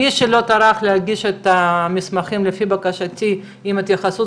מי שלא טרח להגיש את המסמכים לפי בקשתי עם התייחסות